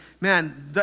man